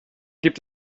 gibt